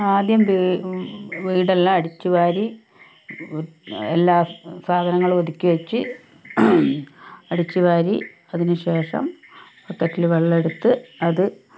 ആദ്യം വീടെല്ലാം അടിച്ചുവാരി എല്ലാ സാധനങ്ങളും ഒതുക്കി വെച്ച് അടിച്ചുവാരി അതിനു ശേഷം ബക്കറ്റില് വെള്ളം എടുത്ത് അത്